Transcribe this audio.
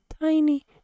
tiny